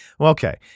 Okay